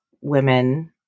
women